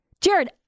Jared